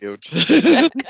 cute